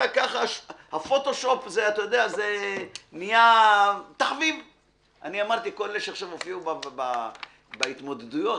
זה מה שאתם עושים לי כל הזמן,